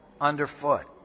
underfoot